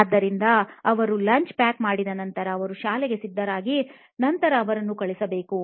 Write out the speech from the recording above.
ಆದ್ದರಿಂದ ಅವರು lunch pack ಮಾಡಿದ ನಂತರ ಅವರು ಶಾಲೆಗೆ ಸಿದ್ಧರಾಗಿ ನಂತರ ಅವರನ್ನು ಕಳುಹಿಸಬೇಕು